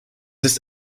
ist